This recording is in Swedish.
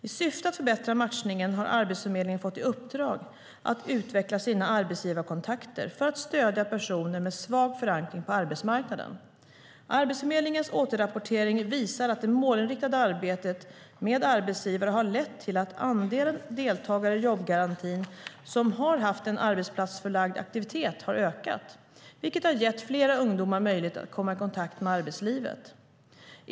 I syfte att förbättra matchningen har Arbetsförmedlingen fått i uppdrag att utveckla sina arbetsgivarkontakter för att stödja personer med en svag förankring på arbetsmarknaden. Arbetsförmedlingens återrapportering visar att det målinriktade arbetet med arbetsgivare har lett till att andelen deltagare i jobbgarantin som har haft en arbetsplatsförlagd aktivitet har ökat, vilket har gett fler ungdomar möjlighet att komma i kontakt med arbetslivet.